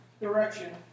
direction